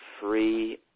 free